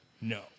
No